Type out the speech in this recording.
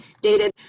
dated